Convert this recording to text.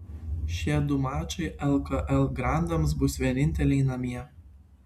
šie du mačai lkl grandams bus vieninteliai namie